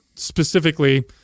specifically